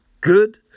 good